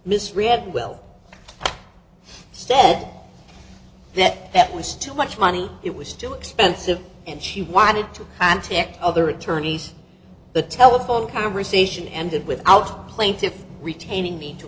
misread well stead that that was too much money it was too expensive and she wanted to contact other attorneys the telephone conversation ended without plaintiff's retaining me to